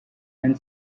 and